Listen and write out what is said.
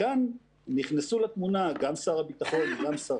וכאן נכנסו לתמונה גם שר הביטחון וגם שר